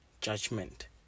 judgment